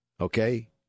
okay